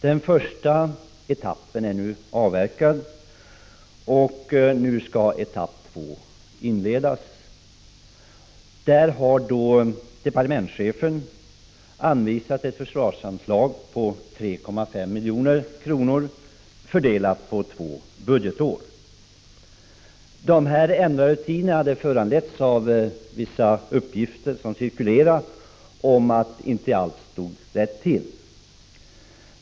Den första etappen är nu avslutad och etapp 2 skall inledas. Departementschefen har anvisat ett förslagsanslag på 3,5 milj.kr. fördelat på två budgetår. De ändrade rutinerna hade föranletts av vissa uppgifter som cirkulerade om att allt inte stod rätt till.